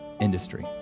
industry